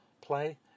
play